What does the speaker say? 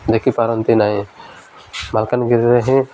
ଦେଖିପାରନ୍ତି ନାହିଁ ମାଲକାନଗିରିରେ ହିଁ